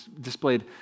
displayed